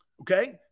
okay